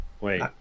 Wait